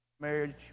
marriage